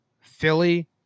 Philly